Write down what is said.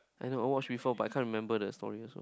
I know watch before but I can't remember the story also